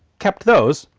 kept those,